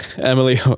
Emily